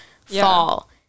fall